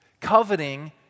Coveting